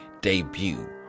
debut